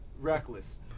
reckless